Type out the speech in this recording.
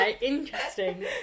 Interesting